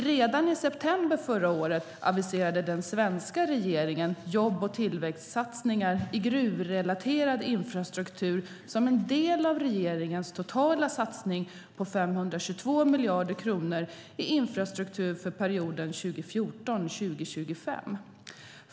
Redan i september förra året aviserade den svenska regeringen jobb och tillväxtsatsningar i gruvrelaterad infrastruktur som en del av regeringens totala satsning på 522 miljarder kronor i infrastruktur för perioden 2014-2025.